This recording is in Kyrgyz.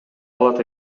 алат